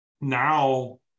now